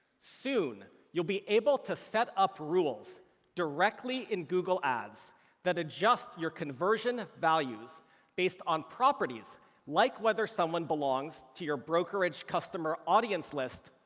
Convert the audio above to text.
soon, you'll be able to set up rules directly in google ads that adjust your conversion values based on properties like whether someone belongs to your brokerage customer audience list,